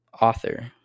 author